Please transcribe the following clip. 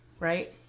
Right